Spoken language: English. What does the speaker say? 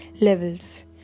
levels